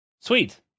Sweet